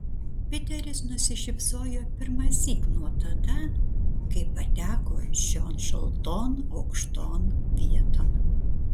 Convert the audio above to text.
piteris nusišypsojo pirmąsyk nuo tada kai pateko šion šalton aukšton vieton